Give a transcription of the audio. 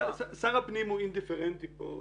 שר הפנים הוא אינדיפרנטי כאן.